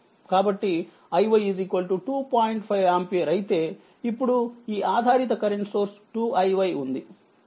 5 ampere అయితే ఇప్పుడుఈ ఆధారిత కరెంట్ సోర్స్ 2iyఉంది